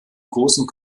großen